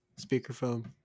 speakerphone